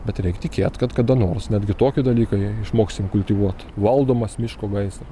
bet reik tikėt kad kada nors netgi tokie dalykai išmoksim kultivuot valdomas miško gaisrą